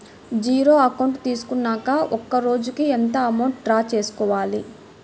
Zero account తీసుకున్నాక ఒక రోజుకి ఎంత అమౌంట్ డ్రా చేసుకోవాలి?